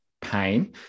pain